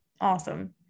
awesome